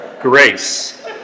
Grace